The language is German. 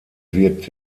wird